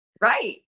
Right